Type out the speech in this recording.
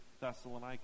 Thessalonica